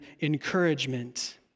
encouragement